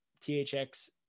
THX